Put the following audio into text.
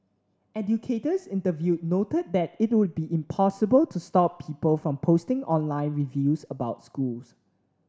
educators interviewed noted that it would be impossible to stop people from posting online reviews about schools